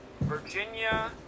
Virginia